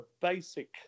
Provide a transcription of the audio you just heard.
basic